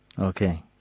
Okay